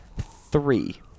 Three